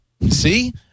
See